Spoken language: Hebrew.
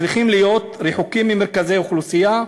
צריכים להיות רחוקים ממרכזי אוכלוסייה,